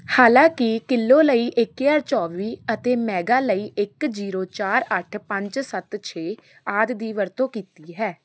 ਹਾਲਾਂਕਿ ਕਿਲੋ ਲਈ ਇੱਕ ਹਜ਼ਾਰ ਚੌਵੀ ਅਤੇ ਮੈਗਾ ਲਈ ਇੱਕ ਜ਼ੀਰੋ ਚਾਰ ਅੱਠ ਪੰਜ ਸੱਤ ਛੇ ਆਦਿ ਦੀ ਵਰਤੋਂ ਕੀਤੀ ਹੈ